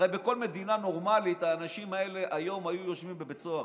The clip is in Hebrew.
הרי בכל מדינה נורמלית האנשים האלה היום היו יושבים בבית סוהר,